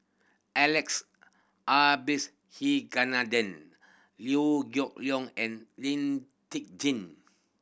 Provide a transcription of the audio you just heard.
Alex Abisheganaden Liew Geok Leong and Lee Tjin